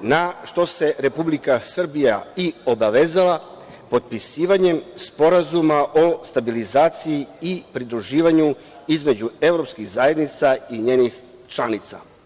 na šta se Republika Srbija obavezala potpisivanjem Sporazuma o stabilizaciji i pridruživanju između evropskih zajednica i njenih članica.